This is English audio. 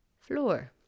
floor